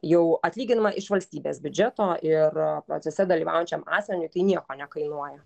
jau atlyginama iš valstybės biudžeto ir procese dalyvaujančiam asmeniui tai nieko nekainuoja